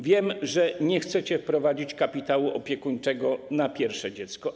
Wiem, że nie chcecie wprowadzić kapitału opiekuńczego na pierwsze dziecko.